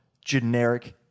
generic